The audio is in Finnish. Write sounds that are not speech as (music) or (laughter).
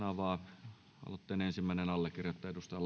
(unintelligible) avaa aloitteen ensimmäinen allekirjoittaja edustaja (unintelligible)